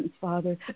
Father